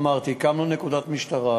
אמרתי: הקמנו נקודת משטרה,